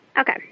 Okay